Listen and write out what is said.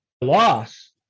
loss